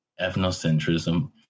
ethnocentrism